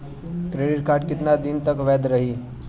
Credit card कितना दिन तक वैध रही?